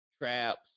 traps